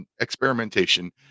experimentation